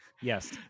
Yes